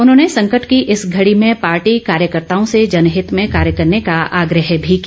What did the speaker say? उन्होंने संकट की इस घड़ी में पार्टी के कार्यकर्ताओं से जनहित में कार्य करने का आग्रह भी किया